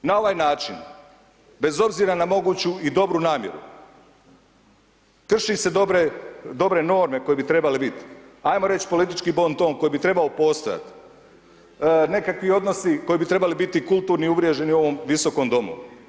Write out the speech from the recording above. Na ovaj način bez obzira na moguću i dobru namjeru krši se dobre norme koje bi trebale bit, ajmo reć politički bonton koji bi trebao postojati, nekakvi odnosi koji bi trebali biti kulturni, uvriježeni u ovom visokom domu.